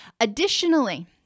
Additionally